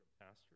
pastor